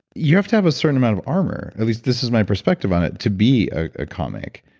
you have to have a certain amount of armor, at least this is my perspective on it to be a comic.